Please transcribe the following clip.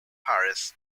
paris